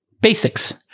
basics